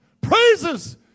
praises